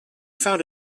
found